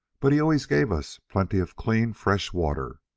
but he always gave us plenty of clean fresh water,